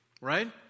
Right